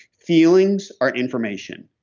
feelings are information.